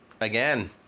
again